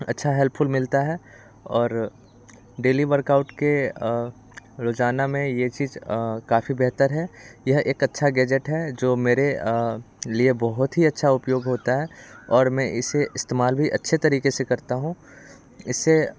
अच्छा हेल्पफुल मिलता है और डेली वर्कआउट के रोजाना में ये चीज़ काफ़ी बेहतर है यह एक अच्छा गैजेट है जो मेरे लिए बहुत ही अच्छा उपयोग होता है और मैं इसे इस्तेमाल भी अच्छे तरीके से करता हूँ इससे